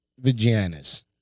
vaginas